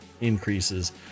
increases